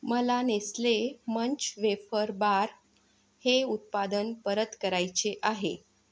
मला Nestle Munch wafer bar हे उत्पादन परत करायचे आहे